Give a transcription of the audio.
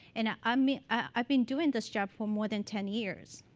and ah i mean i've been doing this job for more than ten years.